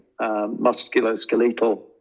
Musculoskeletal